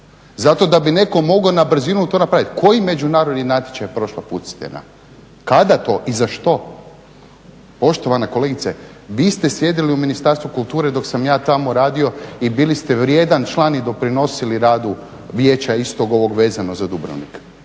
Zato da bi netko mogao na brzinu to napraviti. Koji međunarodni natječaj …/Govornik se ne razumije./… kada to i za što? Poštovana kolegice vi ste sjedili u Ministarstvu kulture dok sam ja tamo radio i bili ste vrijedan član i doprinosili radu Vijeća istog ovog vezano za Dubrovnik.